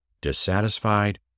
dissatisfied